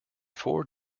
four